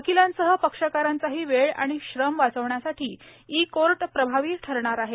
वकिलांसह पक्षकारांचाही वेळ आणि श्रम वाचवण्यासाठी ई कोर्ट प्रभावी ठरणार आहे